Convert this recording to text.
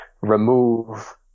remove